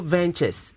Ventures